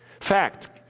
Fact